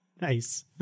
Nice